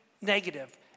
negative